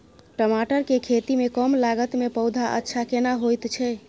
टमाटर के खेती में कम लागत में पौधा अच्छा केना होयत छै?